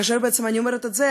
כאשר אני אומרת את זה,